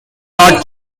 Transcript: not